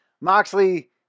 Moxley